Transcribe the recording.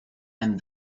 and